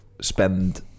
spend